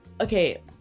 Okay